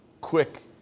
quick